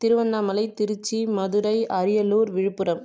Tiruvannamalai Tiruchi Madurai Ariyalur Villupuram